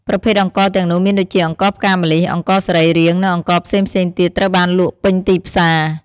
ប្រភេទអង្ករទាំងនោះមានដូចជា អង្ករផ្កាម្លិះ អង្ករសរីរាង្គ និងអង្ករផ្សេងៗទៀតត្រូវបានលក់ពេញទីផ្សារ។